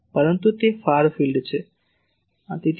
પરંતુ તે far field છે